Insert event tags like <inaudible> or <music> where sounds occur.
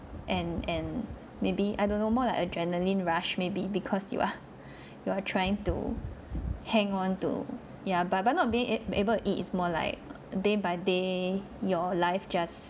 and and maybe I don't know more like adrenalin rush maybe because you are <laughs> you are trying to hang on to ya but but not being ab~ able to eat it's more like day by day your life just